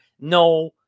No